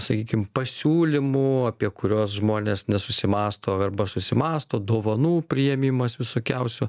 sakykim pasiūlymų apie kuriuos žmonės nesusimąsto arba susimąsto dovanų priėmimas visokiausių